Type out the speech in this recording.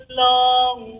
long